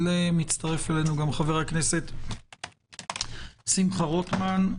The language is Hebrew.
מצטרף אלינו גם חבר הכנסת שמחה רוטמן.